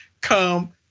come